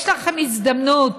יש לכם הזדמנות,